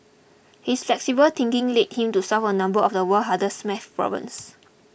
his flexible thinking led him to solve a number of the world's hardest math problems